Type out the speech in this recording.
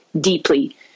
deeply